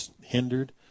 hindered